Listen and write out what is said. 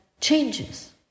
changes